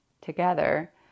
together